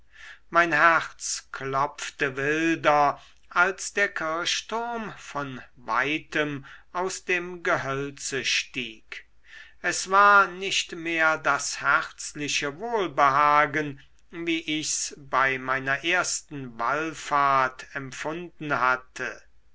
mein herz klopfte wilder als der kirchturm von weitem aus dem gehölze stieg es war nicht mehr das herzliche wohlbehagen wie ichs bei meiner ersten wallfahrt empfunden hatte